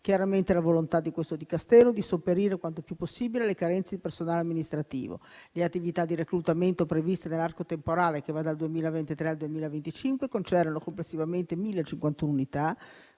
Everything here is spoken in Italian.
chiaramente la volontà di questo Dicastero di sopperire quanto più possibile alle carenze di personale amministrativo. Le attività di reclutamento previste nell'arco temporale che va dal 2023 al 2025 concernono complessivamente 1.051 unità